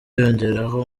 yongeraho